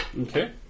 Okay